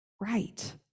right